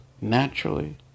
naturally